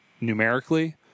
numerically